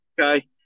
Okay